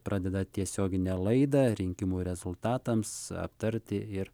pradeda tiesioginę laidą rinkimų rezultatams aptarti ir